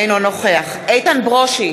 אינו נוכח איתן ברושי,